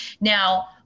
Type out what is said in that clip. Now